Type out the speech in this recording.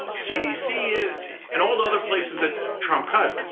cdc is and all the other places that trump cut,